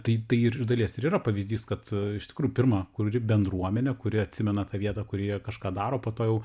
tai ir iš dalies ir yra pavyzdys kad iš tikrųjų pirma kuri bendruomenė kuri atsimena tą vietą kurioje kažką daro po to jau